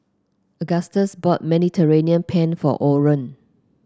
Agustus bought Mediterranean Penne for Orren